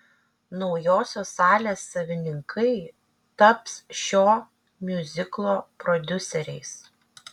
naujosios salės savininkai taps šio miuziklo prodiuseriais